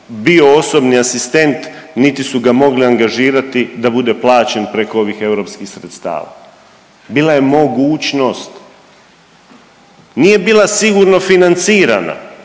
bio osobni asistent, niti su ga mogli angažirati da bude plaćen preko ovih europskih sredstava. Bila je mogućnost, nije bila sigurno financirana